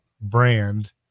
brand